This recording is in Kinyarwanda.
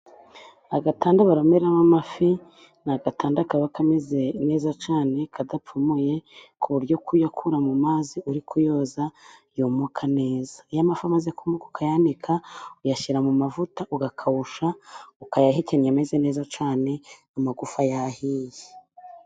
Agatanda baroberaho amafi. Ni agatanda kaba kameze neza cyane. Kadapfumuye ku buryo kuyakura mu mazi urikuyoza yumuka neza. Iyo amafi amaze kumuka ukayanika, uyashyira mu mavuta ugakawusha. Ukayahekenya ameze neza cyane, amagufa yahiye.